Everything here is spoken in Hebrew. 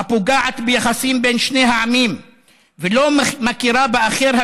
הפוגעת ביחסים בין שני העמים ולא מכירה באחר,